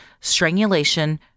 strangulation